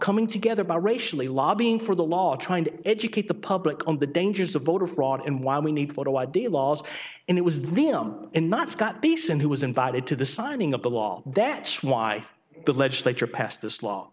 coming together by racially lobbying for the law trying to educate the public on the dangers of voter fraud and why we need photo id laws and it was them and not scott peterson who was invited to the signing of the law that's why the legislature passed this law